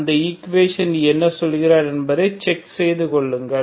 அந்த ஈக்குவேஷனுக்கு என்ன சொல்கிறார் என்பதை செக் செய்து கொள்ளுங்கள்